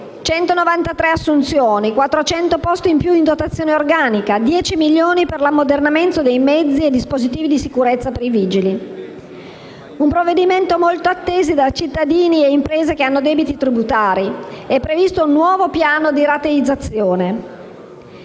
193 assunzioni; 400 posti in più in dotazione organica; dieci milioni per l'ammodernamento dei mezzi e dispositivi di sicurezza per i vigili. Si tratta inoltre di un provvedimento molto atteso dai cittadini e dalle imprese che hanno debiti tributari: è previsto un nuovo piano di rateizzazione.